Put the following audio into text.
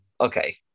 okay